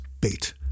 bait